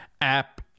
app